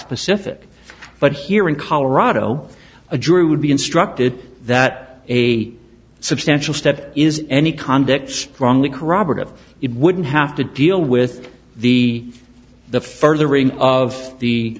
specific but here in colorado a jury would be instructed that a substantial step is any conduct strongly corroborative it wouldn't have to deal with the the furthering of the